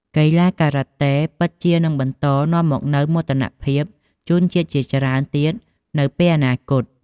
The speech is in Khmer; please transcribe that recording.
កីឡាការ៉ាតេពិតជានឹងបន្តនាំមកនូវមោទនភាពជូនជាតិជាច្រើនទៀតនៅពេលអនាគត។